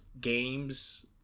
games